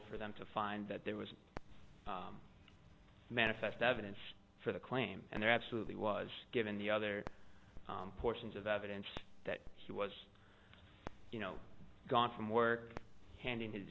for them to find that there was manifest evidence for the claim and it absolutely was given the other portions of evidence that he was you know gone from work handing his